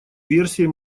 версией